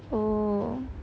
oh